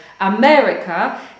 America